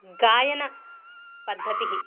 गायनपद्धतिः